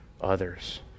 others